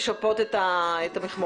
לשפות את המכמורתנים?